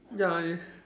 ya